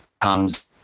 comes